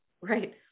Right